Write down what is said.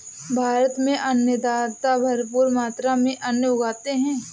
भारत में अन्नदाता भरपूर मात्रा में अन्न उगाते हैं